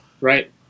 Right